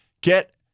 get